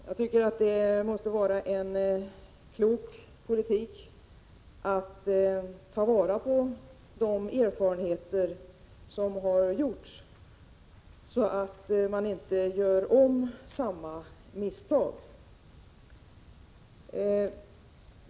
Jag tycker att det måste vara en klok politik att ta vara på de erfarenheter som har gjorts, så att man inte gör om samma misstag.